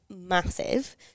massive